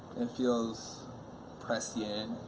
it feels prescient.